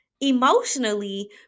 emotionally